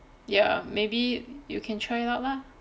ya maybe you can try it out lah